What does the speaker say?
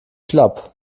schlapp